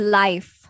life